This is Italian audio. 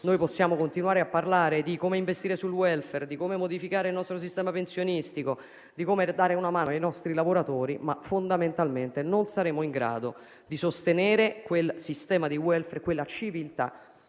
potremmo continuare a parlare di come investire sul *welfare*, di come modificare il nostro sistema pensionistico e di come dare una mano ai nostri lavoratori, ma fondamentalmente non saremmo in grado di sostenere il sistema di *welfare* e la civiltà